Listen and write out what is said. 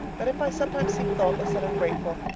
but if i sometimes seem thoughtless and ungrateful,